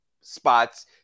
spots